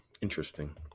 Interesting